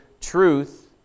truth